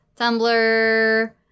Tumblr